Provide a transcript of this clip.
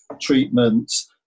treatments